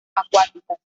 acuáticas